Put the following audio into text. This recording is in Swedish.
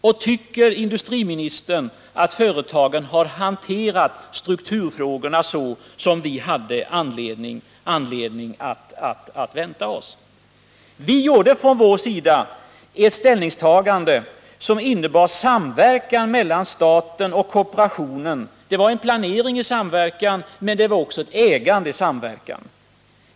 Och tycker industriministern att företagen har hanterat strukturfrågorna så som vi hade anledning att vänta oss? Vårt ställningstagande innebar en samverkan mellan staten och kooperationen. Det var en planering i samverkan, men det var också ett ägande i samverkan.